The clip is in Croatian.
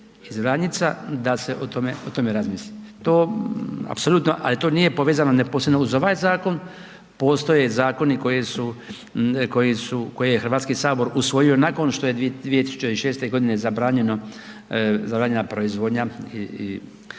iz Vranjica, da se o tome razmisli. To apsolutno, ali to nije povezano neposredno uz ovaj zakon. Postoje zakoni koje je HS usvojio nakon što je 2006. zabranjena proizvodnja